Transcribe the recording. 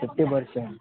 fifty percent